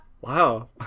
Wow